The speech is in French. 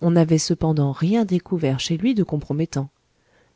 on n'avait cependant rien découvert chez lui de compromettant